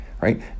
right